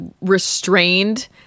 restrained